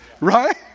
Right